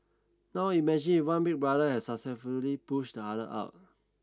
now imagine if one big brother has successfully pushed the other out